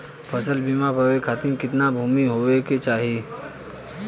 फ़सल बीमा पावे खाती कितना भूमि होवे के चाही?